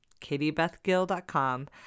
katiebethgill.com